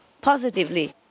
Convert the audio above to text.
positively